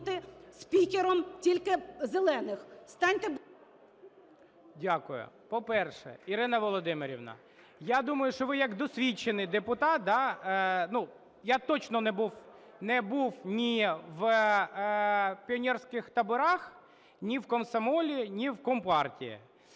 Дякую. По-перше, Ірино Володимирівно, я думаю, що ви як досвідчений депутат… Ну, я точно не був ні в піонерських таборах, ні в комсомолі, ні в Компартії.